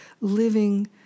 living